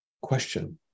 question